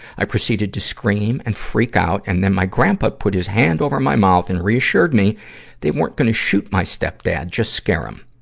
i proceeded to scream and freak out, and then my grandpa put his hand over my mouth and reassured me they weren't going to shot my stepdad just scare him.